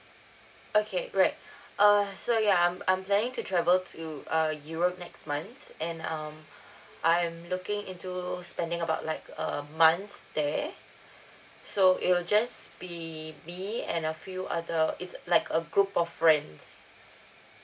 okay great uh so ya I'm I'm planning to travel to uh europe next month and um I am looking into spending about like a month there so it will just be me and a few other it's like a group of friends